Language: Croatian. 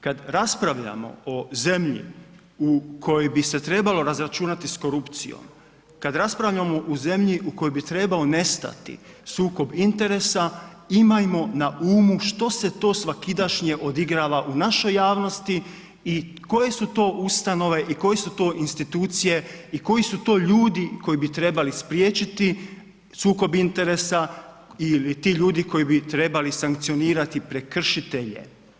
Kad raspravljamo o zemlju u kojoj bi se trebalo razračunati s korupcijom, kad raspravljamo u zemlji u kojoj bi trebao nestati sukob interesa, imajmo na umu što se to svakidašnje odigrava u našoj javnosti i koje su to ustanove i koje su to institucije i koju su to ljudi koji bi trebali spriječiti sukob interesa ili ti ljudi koji bi trebali sankcionirati prekršitelje.